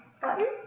button